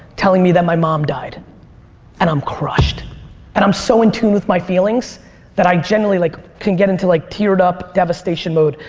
telling me that my mom died and i'm crushed and i'm so in tune with my feelings that i genuinely like can get into like teared up devastation mode,